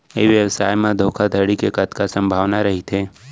ई व्यवसाय म धोका धड़ी के कतका संभावना रहिथे?